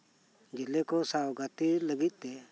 ᱡᱮᱞᱮᱠᱩ ᱥᱟᱶ ᱜᱟᱛᱮ ᱞᱟᱹᱜᱤᱫ ᱛᱮ